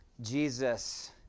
Jesus